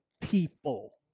people